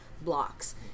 blocks